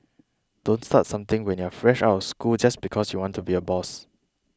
don't start something when you're fresh out of school just because you want to be a boss